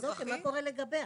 מה קורה לגביה?